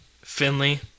Finley